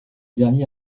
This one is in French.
derniers